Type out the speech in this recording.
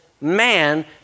man